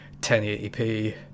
1080p